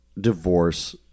divorce